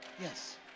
Yes